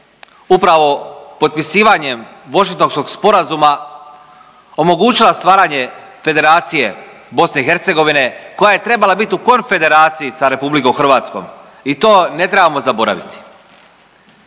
upravo potpisivanjem Washingtonskog sporazuma omogućila stvaranje Federacije BiH koja je trebala biti u konfederaciji sa RH i to ne trebamo zaboraviti.